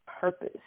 purpose